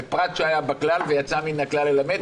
זה פרט שהיה בכלל ויצא מן הכלל ללמד.